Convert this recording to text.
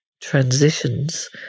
transitions